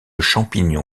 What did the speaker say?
champignon